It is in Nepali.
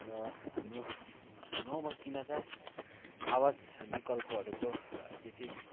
र हाम्रो गाउँ बस्तीमा त आवास विकल्पहरूको त्यति